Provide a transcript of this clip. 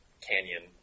canyon